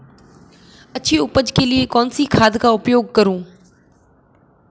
अच्छी उपज के लिए कौनसी खाद का उपयोग करूं?